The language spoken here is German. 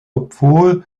obwohl